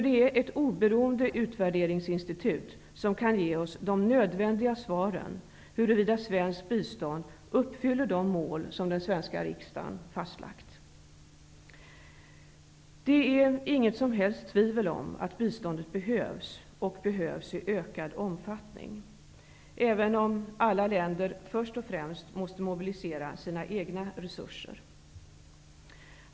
Det är ett oberoende utvärderingsinstitut som kan ge oss de nödvändiga svaren huruvida svenskt bistånd uppfyller de mål som den svenska riksdagen har fastlagt. Det är inget som helst tvivel om att biståndet behövs och behövs i ökad omfattning, även om alla länder först och främst måste mobilisera sina egna resurser.